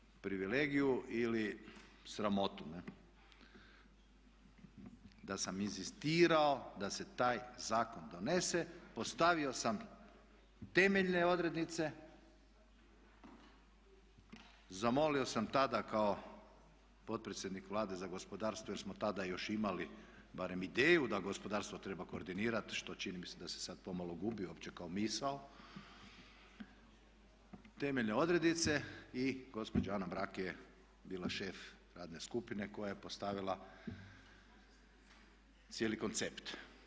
Ja imam tu privilegiju ili sramotu da sam inzistirao da se taj zakon donese, postavio se temeljne odrednice, zamolio sam tada kao potpredsjednik Vlade za gospodarstvo jer smo tada još imali barem ideju da gospodarstvo treba koordinirat što čini mi se da se sad pomalo gubi opće kao misao, temeljene odrednice i gospođa Ana Brak je bila šef radne skupine koja je postavila cijeli koncept.